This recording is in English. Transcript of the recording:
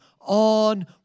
on